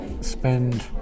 spend